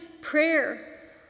prayer